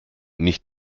nicht